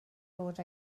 bod